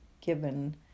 given